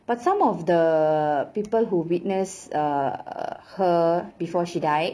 but some of the people who witnessed err her before she died